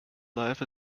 life